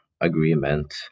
agreement